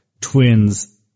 twins